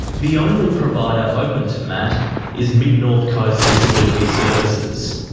the only provider open to matt is mid-north coast disability services.